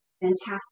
fantastic